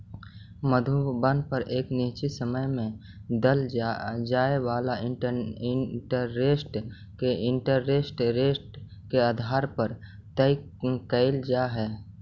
मूलधन पर एक निश्चित समय में देल जाए वाला इंटरेस्ट के इंटरेस्ट रेट के आधार पर तय कईल जा हई